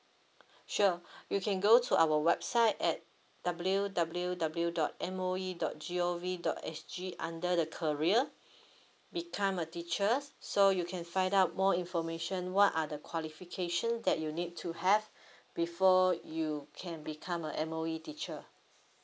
sure you can go to our website at W W W dot M O E dot G O V dot S G under the career become a teacher so you can find out more information what are the qualification that you need to have before you can become a M_O_E teacher